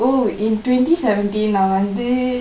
oh in twenty seventeen நா வந்து:naa vanthu